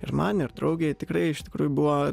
ir man ir draugei tikrai iš tikrųjų buvo